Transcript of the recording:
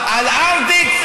על ארטיק?